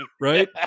Right